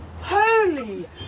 Holy